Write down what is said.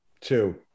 Two